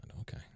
Okay